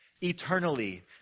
eternally